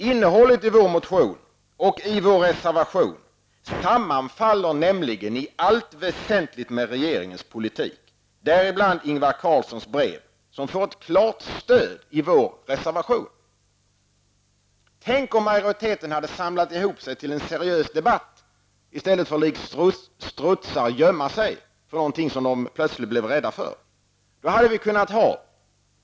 Innehållet i motionen och i vår reservation sammanfaller nämligen i allt väsentligt med regeringens politik, däribland Ingvar Carlssons brev, som får ett klart stöd i vår reservation. Tänk om majoriteten hade samlat ihop sig till en seriös debatt i stället för att likt strutsar gömma sig för något som de plötsligt blev rädda för!